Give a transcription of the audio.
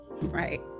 right